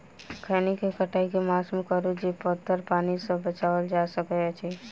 खैनी केँ कटाई केँ मास मे करू जे पथर पानि सँ बचाएल जा सकय अछि?